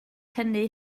hynny